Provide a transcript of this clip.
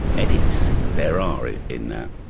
edits there are in in that